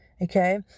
Okay